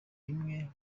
bimwe